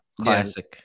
Classic